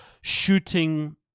shooting